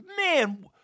man